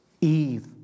Eve